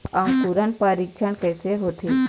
अंकुरण परीक्षण कैसे होथे?